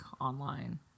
online